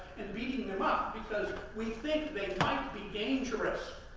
and beating them up, because we think they might be dangerous.